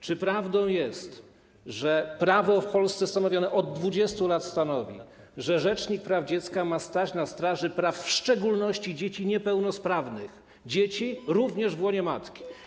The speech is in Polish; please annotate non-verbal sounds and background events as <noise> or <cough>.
Czy prawdą jest, że prawo w Polsce stanowione od 20 lat stanowi, że rzecznik praw dziecka ma stać na straży praw w szczególności dzieci niepełnosprawnych, dzieci <noise> również w łonie matki?